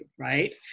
right